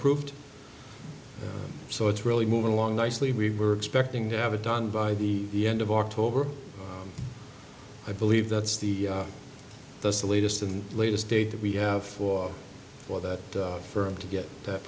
proved so it's really moving along nicely we were expecting to have it done by the end of october i believe that's the that's the latest and latest date that we have for for that firm to get that